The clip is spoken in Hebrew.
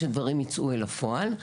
שדברים יצאו אל הפועל.